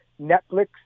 Netflix